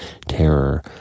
terror